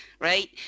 right